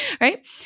right